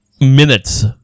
minutes